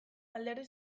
alderdi